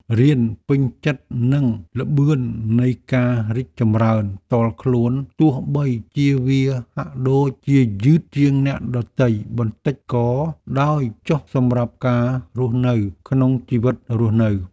រៀនពេញចិត្តនឹងល្បឿននៃការរីកចម្រើនផ្ទាល់ខ្លួនទោះបីជាវាហាក់ដូចជាយឺតជាងអ្នកដទៃបន្តិចក៏ដោយចុះសម្រាប់ការរស់នៅក្នុងជីវិតរស់នៅ។